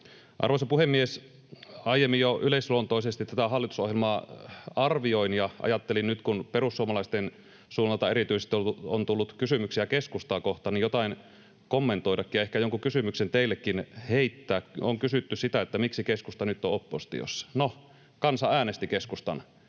Arvoisa puhemies! Aiemmin jo yleisluontoisesti tätä hallitusohjelmaa arvioin, ja ajattelin nyt, kun erityisesti perussuomalaisten suunnalta on tullut kysymyksiä keskustaa kohtaan, jotain kommentoidakin ja ehkä jonkun kysymyksen teillekin heittää. On kysytty sitä, miksi keskusta nyt on oppositiossa. No, kansa äänesti keskustan